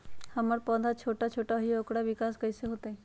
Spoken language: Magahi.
हमर पौधा छोटा छोटा होईया ओकर विकास कईसे होतई?